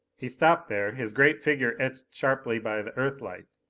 he stopped there, his great figure etched sharply by the earthlight.